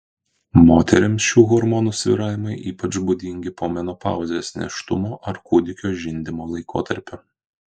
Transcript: moterims šių hormonų svyravimai ypač būdingi po menopauzės nėštumo ar kūdikio žindymo laikotarpiu